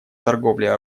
торговле